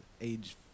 age